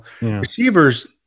receivers